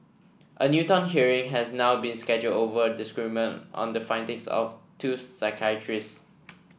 a Newton hearing has now been scheduled over a disagreement on the findings of two psychiatrists